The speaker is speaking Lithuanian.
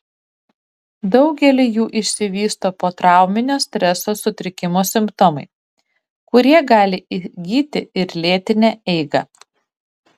daugeliui jų išsivysto potrauminio streso sutrikimo simptomai kurie gali įgyti ir lėtinę eigą